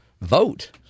vote